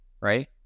right